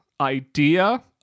idea